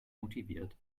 motiviert